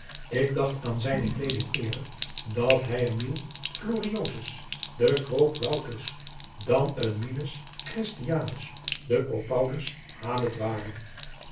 ik dacht aan zijne kleeding eerder dat hij een miles gloriosus de quo plautus dan een miles christianus de quo paulus habet ware